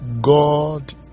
God